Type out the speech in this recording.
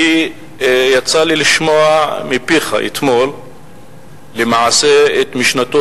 יצא לי לשמוע מפיך אתמול למעשה את משנתו